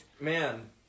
Man